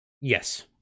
Yes